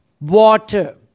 water